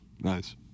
nice